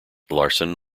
larson